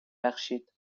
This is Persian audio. بخشید